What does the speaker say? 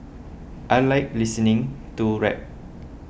I like listening to rap